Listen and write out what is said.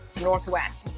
Northwest